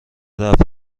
رفع